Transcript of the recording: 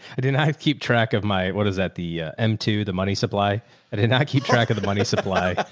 i didn't have keep track of my, what does that the a m to the money supply at hint, i keep track of the money supply,